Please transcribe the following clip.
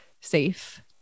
safe